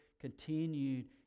continued